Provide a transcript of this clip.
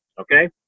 Okay